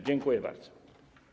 Dziękuję bardzo.